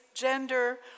gender